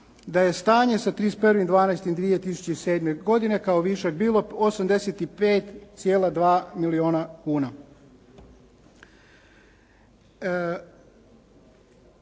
da je stanje sa 31.12.2007. godine kao višak bilo 85,2 milijuna kuna.